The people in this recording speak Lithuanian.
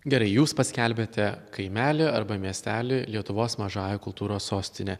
gerai jūs paskelbiate kaimelį arba miestelį lietuvos mažąja kultūros sostine